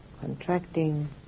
contracting